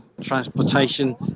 transportation